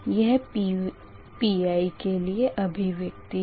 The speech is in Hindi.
यह Pi के लिए अभिव्यक्ति है